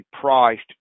priced